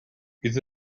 bydd